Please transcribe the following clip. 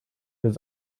his